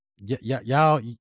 Y'all